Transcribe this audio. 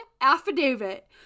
affidavit